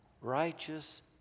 righteous